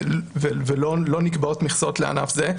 ולא נקבעות מכסות לענף זה.